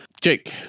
Jake